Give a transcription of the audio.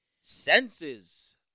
Senses